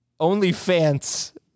OnlyFans